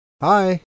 Hi